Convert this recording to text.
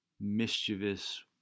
mischievous